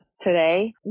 today